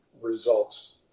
results